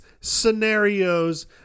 scenarios